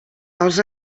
els